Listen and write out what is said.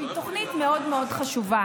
והיא תוכנית מאוד מאוד חשובה,